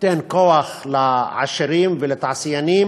תן כוח לעשירים ולתעשיינים,